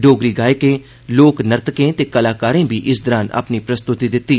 डोगरी गायकें लोक नृत्कें त कलाकारें बी इस दौरान अपनी प्रस्तुति दिती